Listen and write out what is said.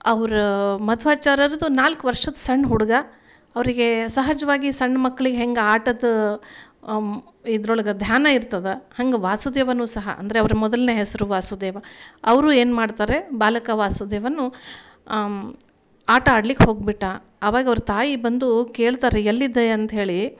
ಅವ್ರು ಮಧ್ವಾಚಾರ್ಯರದು ನಾಲ್ಕು ವರ್ಷದ ಸಣ್ಣ ಹುಡುಗ ಅವರಿಗೆ ಸಹಜವಾಗಿ ಸಣ್ಣ ಮಕ್ಳಿಗೆ ಹೆಂಗೆ ಆಟದ ಇದ್ರೊಳಗೆ ಧ್ಯಾನ ಇರ್ತದೆ ಹಂಗೆ ವಾಸುದೇವನೂ ಸಹ ಅಂದರೆ ಅವರ ಮೊದಲ್ನೇ ಹೆಸರು ವಾಸುದೇವ ಅವರು ಏನು ಮಾಡ್ತಾರೆ ಬಾಲಕ ವಾಸುದೇವನು ಆಟ ಆಡ್ಲಿಕ್ಕೆ ಹೋಗಿಬಿಟ್ಟ ಅವಾಗ ಅವ್ರ ತಾಯಿ ಬಂದು ಕೇಳ್ತಾರೆ ಎಲ್ಲಿದೆ ಅಂತ ಹೇಳಿ